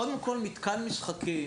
קודם כל, מתקן משחקים